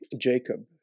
Jacob